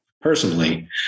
personally